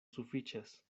sufiĉas